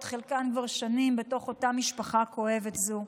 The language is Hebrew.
חלקן כבר שנים בתוך אותה משפחה כואבת זו.